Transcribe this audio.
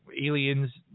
aliens